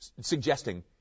suggesting